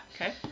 Okay